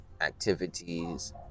activities